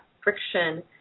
friction